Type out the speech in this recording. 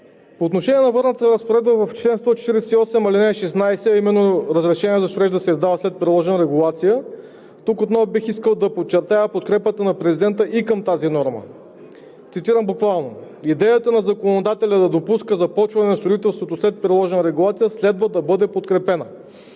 По отношение на върнатата разпоредба в чл. 148, ал. 16, а именно разрешение за строеж да се издава след приложена регулация, тук отново бих искал да подчертая подкрепата на президента и към тази норма. Цитирам буквално: „Идеята на законодателя да допуска започването на строителство след приложена регулация следва да бъде подкрепена.“